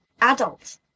adult